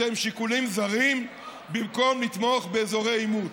אתם, שיקולים זרים במקום לתמוך באזורי עימות.